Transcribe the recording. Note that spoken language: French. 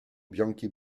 bianchi